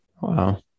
Wow